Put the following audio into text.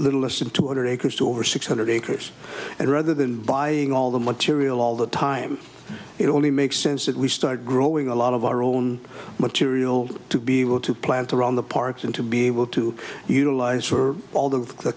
little less than two hundred acres to over six hundred acres and rather than buying all the material all the time it only makes sense if we start growing a lot of our own material to be able to plant around the parks and to be able to utilize for all the